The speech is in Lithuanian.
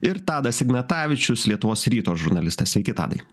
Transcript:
ir tadas ignatavičius lietuvos ryto žurnalistas sveiki tadai